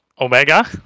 Omega